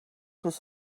was